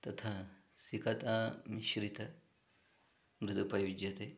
तथा सिकता मिश्रिता मृदुपयुज्यते